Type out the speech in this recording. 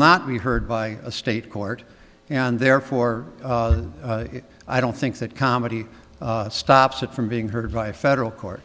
not be heard by a state court and therefore i don't think that comedy stops it from being heard by a federal court